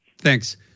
thanks